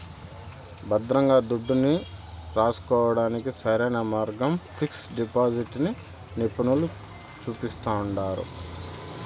భద్రంగా దుడ్డుని రాసుకోడానికి సరైన మార్గంగా పిక్సు డిపాజిటిని నిపునులు సూపిస్తండారు